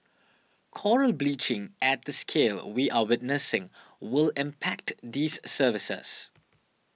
coral bleaching at the scale we are witnessing will impact these services